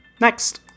Next